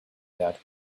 that